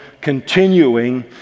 continuing